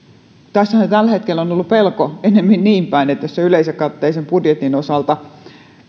tässähän tällä hetkellä on ollut pelko ennemmin niinpäin että yleiskatteisen budjetin osalta